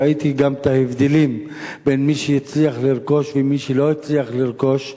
ראיתי גם את ההבדלים בין מי שהצליח לרכוש ובין מי שלא הצליח לרכוש.